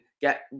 get